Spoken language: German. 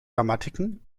grammatiken